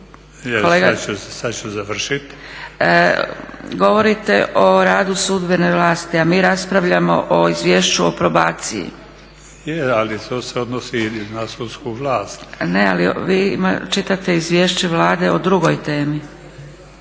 /Upadica Zgrebec: Govorite o radu sudbene vlasti, a mi raspravljamo o izvješću o probaciji./ … Je, ali to se odnosi na sudsku vlast. … /Upadica Zgrebec: Ali vi čitate izvješće Vlade o drugoj temi.